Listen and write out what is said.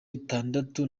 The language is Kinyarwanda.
itandatu